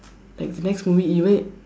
like next movie even